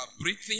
breathing